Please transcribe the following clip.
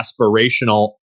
aspirational